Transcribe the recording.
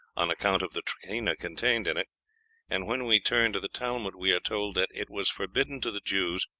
on account of the trichina contained in it and when we turn to the talmud, we are told that it was forbidden to the jews,